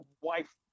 wife